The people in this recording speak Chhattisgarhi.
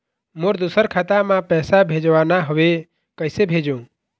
मोर दुसर खाता मा पैसा भेजवाना हवे, कइसे भेजों?